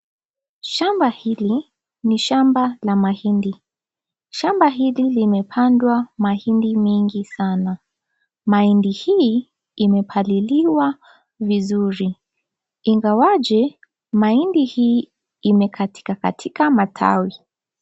Shamba hili ni shamba la mahindi. Shamba hili limepandwa mahindi mengi sana. Mahindi hii imepeliliwa vizuri ingawaje mahindi hii imekatikakatika matawi.